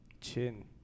chin